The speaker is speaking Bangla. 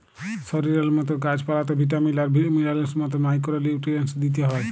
শরীরের মতল গাহাচ পালাতেও ভিটামিল আর মিলারেলসের মতল মাইক্রো লিউট্রিয়েল্টস দিইতে হ্যয়